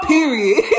Period